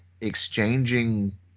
exchanging